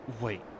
Wait